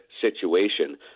situation